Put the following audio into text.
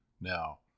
Now